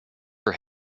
her